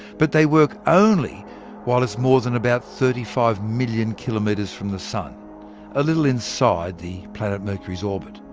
but they work only while it's more than about thirty five million kilometres from the sun a little inside the planet mercury's orbit.